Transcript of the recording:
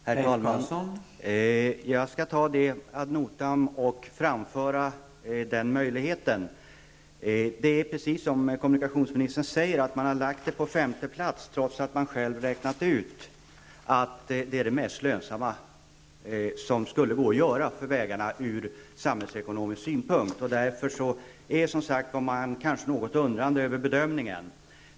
Herr talman! Jag skall ta det rådet ad notam och framföra den möjligheten. Precis som kommunikationsministern säger har man lagt objektet på femte plats, trots att man själv räknat ut att det är det mest lönsamma som skulle gå att göra för vägarna från samhällsekonomisk synpunk. Därför ställer jag mig som sagt något undrande till bedömningen.